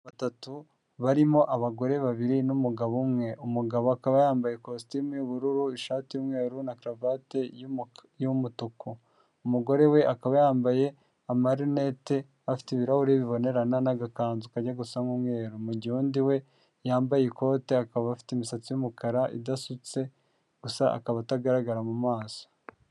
Abantu batatu barimo abagore babiri n'umugabo umwe umugabo akaba yambaye ikositimu y'ubururu ishati y'umweru na karuvati y'umutuku; umugore we akaba yambaye amarinete afite ibirahure bibonerana n'agakanzu kajya gusa n'umweru; mugihe undi we yambaye ikote akaba afite imisatsi y'umukara idasutse gusa akaba atagaragara mumaso.